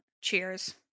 Cheers